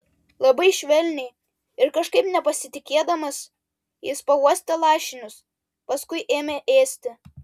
labai švelniai ir kažkaip nepasitikėdamas jis pauostė lašinius paskui ėmė ėsti